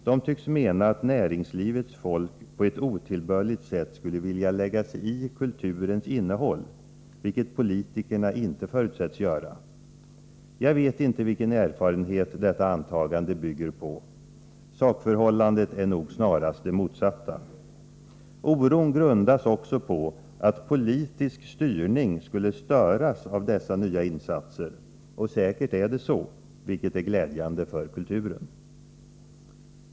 De tycks mena att näringslivets folk på ett otillbörligt sätt skulle vilja lägga sig i kulturens innehåll, vilket politikerna inte förutsätts göra. Jag vet inte vilken erfarenhet detta antagande bygger på. Sakförhållandet är nog snarast det motsatta. Oron grundas också på att politisk styrning skulle störas av dessa nya insatser. Och säkert är det så, vilket är glädjande för kulturen.